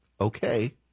Okay